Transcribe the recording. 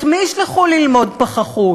את מי ישלחו ללמוד פחחות?